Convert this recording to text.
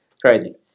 Crazy